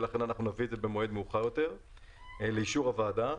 ולכן אנחנו נביא את זה במועד מאוחר יותר לאישור הוועדה.